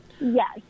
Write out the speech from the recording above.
Yes